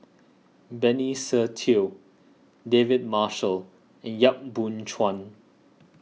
Benny Se Teo David Marshall and Yap Boon Chuan